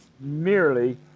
merely